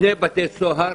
שני בתי סוהר